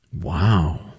Wow